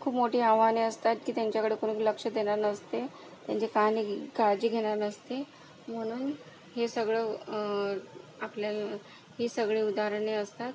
खूप मोठी आव्हाने असतात की त्यांच्याकडे कोणी लक्ष देणारं नसते त्यांची काहनी काळजी घेणारं नसते म्हणून हे सगळं आपल्याला ही सगळी उदाहरणे असतात